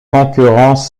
concurrence